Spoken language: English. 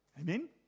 Amen